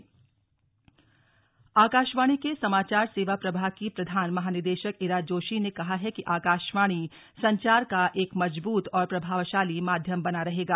digital सम्मेलन आकाशवाणी के समाचार सेवा प्रभाग की प्रधान महानिदेशक इरा जोशी ने कहा है कि आकाशवाणी संचार का एक मजबूत और प्रभावशाली माध्यम बना रहेगा